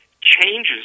changes